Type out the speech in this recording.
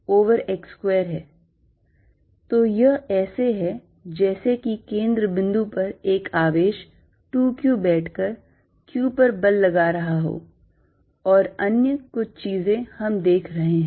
F14π02Qqxxx2 तो यह ऐसे है जैसे कि केंद्र बिंदु पर एक आवेश 2 q बैठ कर q पर बल लगा रहा हो और अन्य कुछ चीजें हम देख रहे हैं